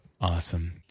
Awesome